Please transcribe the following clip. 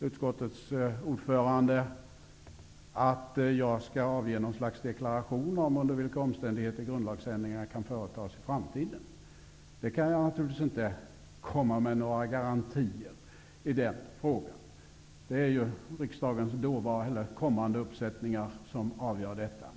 Utskottets ordförande menar att jag skall avge något slags deklaration om under vilka omständigheter grundlagsändringar i framtiden kan företas. Jag kan naturligtvis inte komma med några garantier i den frågan. Det är ju riksdagens kommande uppsättningar som avgör det.